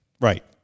right